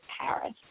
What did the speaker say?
Paris